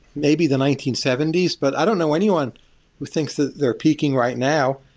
maybe, the nineteen seventy s, but i don't know anyone who think that they're peaking right now.